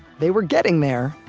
they were getting there,